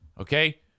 Okay